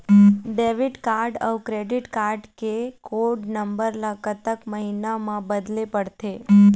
Debit card अऊ credit card के code number ला कतक महीना मा बदले पड़थे?